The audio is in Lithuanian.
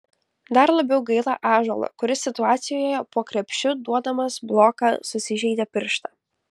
dar labiau gaila ąžuolo kuris situacijoje po krepšiu duodamas bloką susižeidė pirštą